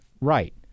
Right